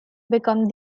become